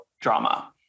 drama